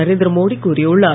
நரேந்திர மோடி கூறியுள்ளார்